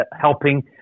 helping